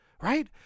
right